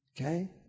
Okay